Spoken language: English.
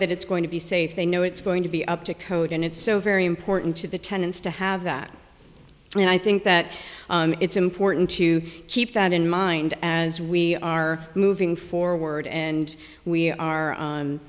that it's going to be safe they know it's going to be up to code and it's so very important to the tenants to have that and i think that it's important to keep that in mind as we are moving forward and we are